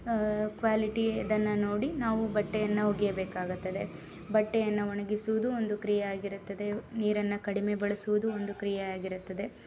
quality ಇದನ್ನು ನೋಡಿ ನಾವು ಬಟ್ಟೆಯನ್ನು ಒಗೆಯಬೇಕಾಗುತ್ತದೆ ಬಟ್ಟೆಯನ್ನು ಒಣಗಿಸುವುದೂ ಒಂದು ಕ್ರಿಯೆಯಾಗಿರುತ್ತದೆ ನೀರನ್ನು ಕಡಿಮೆ ಬಳಸುವುದೂ ಒಂದು ಕ್ರಿಯೆಯಾಗಿರುತ್ತದೆ